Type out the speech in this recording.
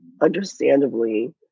understandably